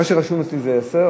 מה שרשום אצלי זה עשר,